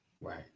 Right